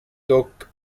took